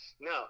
No